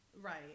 Right